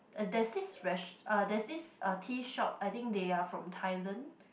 oh there's this fresh uh there's this uh tea shop I think they are from Thailand